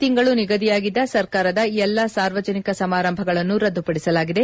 ಈ ತಿಂಗಳು ನಿಗದಿಯಾಗಿದ್ದ ಸರ್ಕಾರದ ಎಲ್ಲ ಸಾರ್ವಜನಿಕ ಸಮಾರಂಭಗಳನ್ನು ರದ್ದುಪಡಿಸಲಾಗಿದೆ